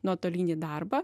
nuotolinį darbą